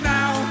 now